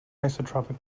isotropic